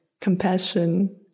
compassion